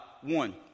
one